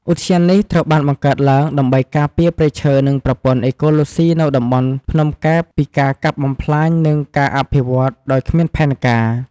ឧទ្យានជាតិនេះត្រូវបានបង្កើតឡើងដើម្បីការពារព្រៃឈើនិងប្រព័ន្ធអេកូឡូស៊ីនៅតំបន់ភ្នំកែបពីការកាប់បំផ្លាញនិងការអភិវឌ្ឍដោយគ្មានផែនការ។